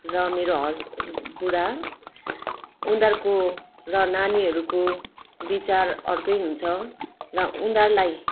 र मेरो हस् बुढा उनीहरूको र नानीहरूको विचार अर्कै हुन्छ र उनीहरूलाई